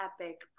epic